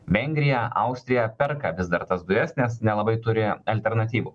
vengrija austrija perka vis dar tas dujas nes nelabai turi alternatyvų